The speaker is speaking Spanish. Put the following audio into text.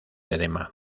edema